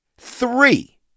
Three